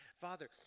Father